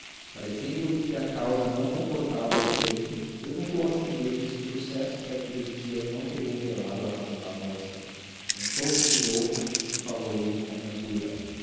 estácio parecendo-lhe que a causa não comportava o efeito perguntou a si mesmo se os sucessos daqueles dias não teriam velado a razão da moça sentou-se de novo e falou-lhe com brandura